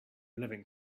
living